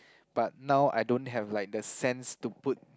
but now I don't have like the sense to put